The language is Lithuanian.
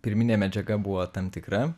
pirminė medžiaga buvo tam tikra